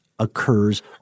occurs